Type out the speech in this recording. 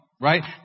right